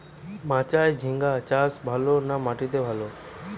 মাচায় ঝিঙ্গা চাষ ভালো না মাটিতে ভালো?